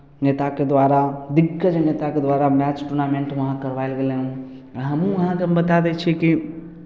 नेताके द्वारा दिग्गज नेताके द्वारा मैच टूर्नामेंट वहाँ करवायल गेलै हन आ हमहूँ अहाँकेँ हम बता दै छी कि